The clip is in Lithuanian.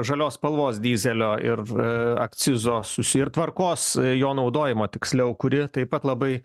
žalios spalvos dyzelio ir e akcizo susi ir tvarkos jo naudojimo tiksliau kuri taip pat labai